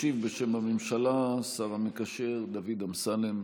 ישיב בשם הממשלה השר המקשר דוד אמסלם,